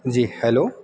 جی hello